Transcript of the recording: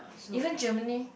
even Germany